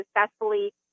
successfully